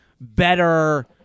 better